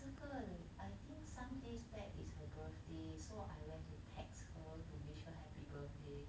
这个 I think some days back is her birthday so I went to text her to wish her happy birthday